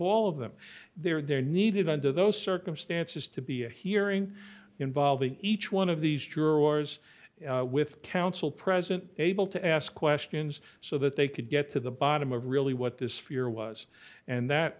all of them they're needed under those circumstances to be a hearing involving each one of these jurors with townsell present able to ask questions so that they could get to the bottom of really what this fear was and that